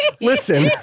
Listen